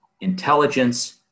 intelligence